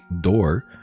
door